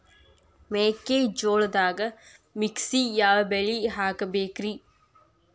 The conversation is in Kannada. ಮೆಕ್ಕಿಜೋಳದಾಗಾ ಮಿಕ್ಸ್ ಯಾವ ಬೆಳಿ ಹಾಕಬೇಕ್ರಿ?